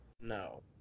No